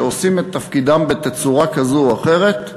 שעושים את תפקידם בתצורה כזו או אחרת,